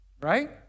Right